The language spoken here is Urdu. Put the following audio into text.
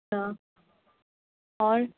اچھا اور